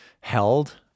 held